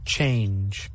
Change